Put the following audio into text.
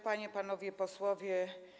Panie, Panowie Posłowie!